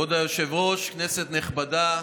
כבוד היושב-ראש, כנסת נכבדה,